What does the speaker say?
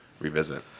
revisit